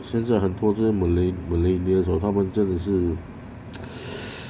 现在很多这些 mille~ millennials hor 他们真的是